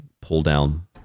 pull-down